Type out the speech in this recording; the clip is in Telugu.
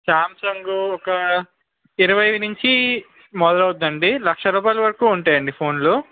సామ్సంగ్ ఒక ఇరవై నుంచి మొదలు అవుతుంది అండి లక్ష రూపాయలు వరకు ఉంటాయండి ఫోన్లు